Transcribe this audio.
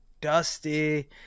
dusty